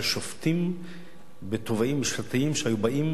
של שופטים בתובעים ממשלתיים שהיו באים